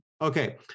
okay